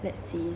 let's see